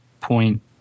point